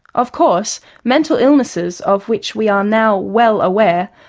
of course mental illnesses, of which we are now well aware,